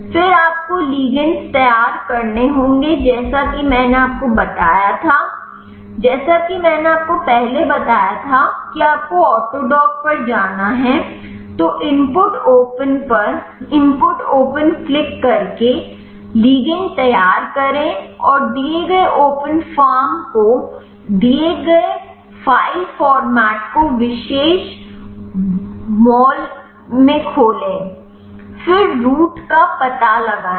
फिर आपको लिगंडस तैयार करने होंगे जैसा कि मैंने आपको बताया था जैसा कि मैंने आपको पहले बताया था कि आपको ऑटोडॉक पर जाना है तो इनपुट ओपन पर इनपुट ओपन क्लिक करके लिगंड तैयार करें और दिए गए ओपन फॉर्म को दिए गए फाइल फॉर्मेट को विशेष मोल खोलें फिर रूट का पता लगाएं